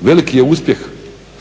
veliki je uspjeh